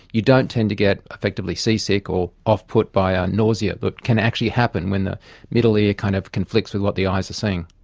you don't tend to get effectively seasick or off-put by ah nausea that but can actually happen when the middle ear kind of conflicts with what the eyes are seeing.